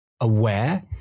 aware